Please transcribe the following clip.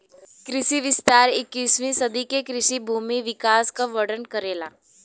कृषि विस्तार इक्कीसवीं सदी के कृषि भूमि के विकास क वर्णन करेला